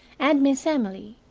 and miss emily,